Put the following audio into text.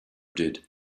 did